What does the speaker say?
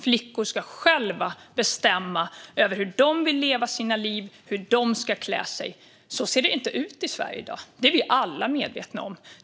Flickor ska själva bestämma över hur de vill leva sina liv och hur de ska klä sig. Så ser det inte ut i Sverige i dag, och det är vi alla medvetna om.